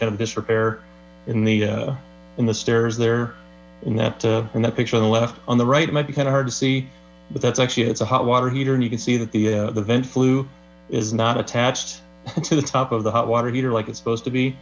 kind of disrepair in the in the stairs there in that and that picture on the left on the right might be kind of hard to see but that's actually it's a hot water heater and you can see that the vent flew is not attached to the top of the hot water heater like it supposed to be